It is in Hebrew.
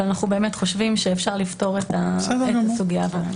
אבל אנחנו באמת חושבים שאפשר לפתור את הסוגיה הזאת.